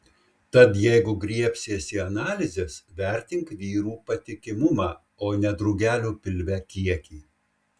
tad jeigu griebsiesi analizės vertink vyrų patikimumą o ne drugelių pilve kiekį